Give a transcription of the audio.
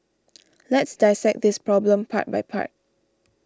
let's dissect this problem part by part